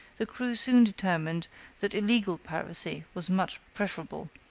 the crew soon determined that illegal piracy was much preferable,